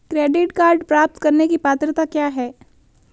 Credit card प्राप्त करने की पात्रता क्या है?